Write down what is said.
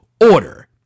order